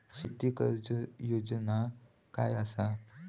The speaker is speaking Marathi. शेती कर्ज योजना काय असा?